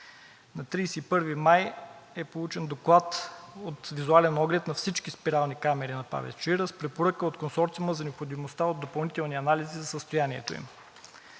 На 31 май е получен доклад от визуален оглед на всички спирални камери на ПАВЕЦ „Чаира“ с препоръка от Консорциума за необходимостта от допълнителни анализи за състоянието им.